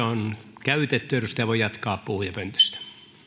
on käytetty edustaja voi jatkaa puhujapöntöstä